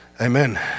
Amen